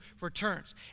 returns